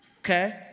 Okay